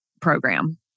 program